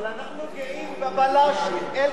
אבל, אנחנו גאים בבלש אלקין.